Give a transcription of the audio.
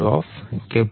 D